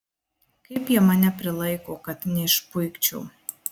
kaip jie mane prilaiko kad neišpuikčiau